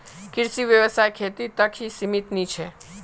कृषि व्यवसाय खेती तक ही सीमित नी छे